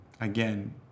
again